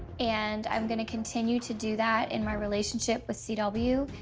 and i'm gonna continue to do that in my relationship with c w.